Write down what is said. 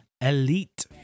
elite